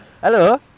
Hello